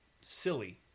silly